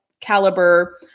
caliber